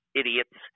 idiots